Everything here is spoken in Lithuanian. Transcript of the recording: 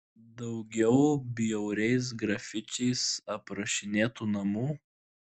daugiau bjauriais grafičiais aprašinėtų namų